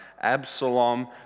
Absalom